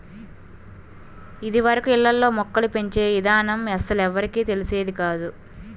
ఇదివరకు ఇళ్ళల్లో మొక్కలు పెంచే ఇదానం అస్సలెవ్వరికీ తెలిసేది కాదు